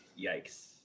Yikes